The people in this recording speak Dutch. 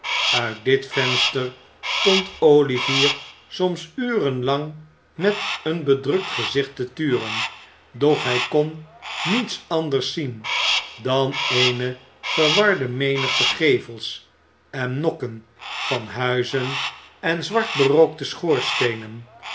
uit dit venster stond olivier soms uren lang met een bedrukt gezicht te turen doch hij kon niets anders zien dan eene verwarde menigte gevels en nokken van huizen en zwart berookte